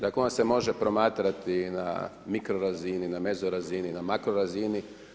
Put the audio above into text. Dakle ono se može promatrati na mikrorazini, na mezorazini, na makrorazini.